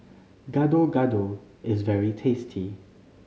Gado Gado is very tasty